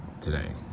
today